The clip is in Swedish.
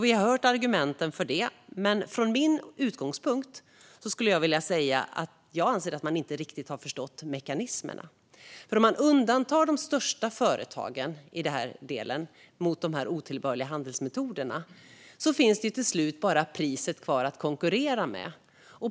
Vi har hört argumenten för det, men från min utgångspunkt anser jag att man inte riktigt har förstått mekanismen. Om man undantar de största företagen i den här delen mot de otillbörliga handelsmetoderna finns det ju till slut bara priset kvar att konkurrera med.